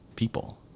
people